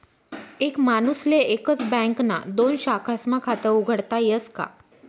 एक माणूसले एकच बँकना दोन शाखास्मा खातं उघाडता यस का?